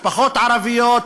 ממשפחות ערביות,